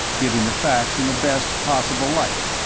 giving the facts in the best possible light.